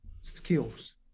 skills